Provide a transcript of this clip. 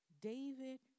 David